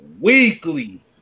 weekly